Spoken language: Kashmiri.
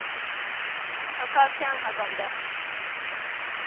شٮ۪ن ہتَن پٮ۪ٹھ